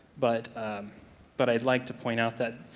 but but i'd like to point out that,